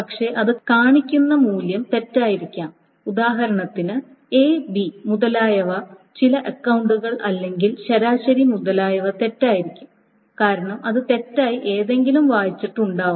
പക്ഷേ അത് കാണിക്കുന്ന മൂല്യം തെറ്റായിരിക്കും ഉദാഹരണത്തിന് എ ബി മുതലായ ചില അക്കൌണ്ടുകൾ അല്ലെങ്കിൽ ശരാശരി മുതലായവ തെറ്റായിരിക്കും കാരണം അത് തെറ്റായി എന്തെങ്കിലും വായിച്ചിട്ട് ഉണ്ടാവാം